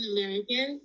American